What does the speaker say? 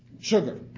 sugar